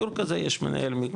הוא מינוי של היזם.